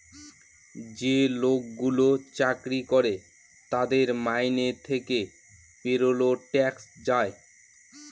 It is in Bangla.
যে লোকগুলো চাকরি করে তাদের মাইনে থেকে পেরোল ট্যাক্স যায়